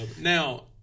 Now